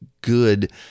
good